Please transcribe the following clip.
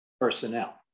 personnel